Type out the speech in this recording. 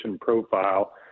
profile